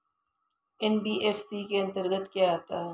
NBFC के अंतर्गत क्या आता है?